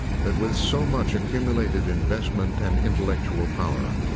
that with so much accumulated investment and intellectual power,